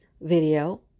video